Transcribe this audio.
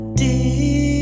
deep